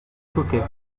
coquet